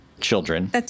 children